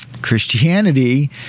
Christianity